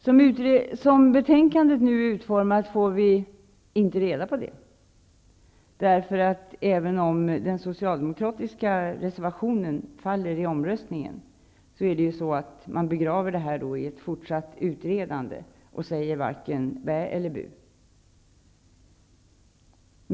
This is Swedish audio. Som betänkandet nu är utformat får vi inte reda på detta, för även om den socialdemokratiska reservationen faller i omröstningen, så begraver man frågan i ett fortsatt utredande och säger varken bä eller bu.